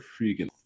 freaking